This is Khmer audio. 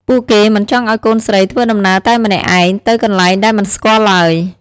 ពួកគេមិនចង់ឱ្យកូនស្រីធ្វើដំណើរតែម្នាក់ឯងទៅកន្លែងដែលមិនស្គាល់ឡើយ។